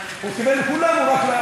הוא קיבל את כולם או רק,